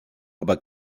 aber